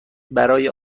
برای